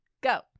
go